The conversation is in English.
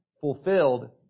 fulfilled